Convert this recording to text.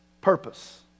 Purpose